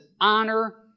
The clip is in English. honor